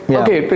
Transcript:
okay